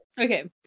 Okay